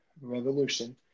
revolution